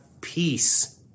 peace